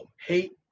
hate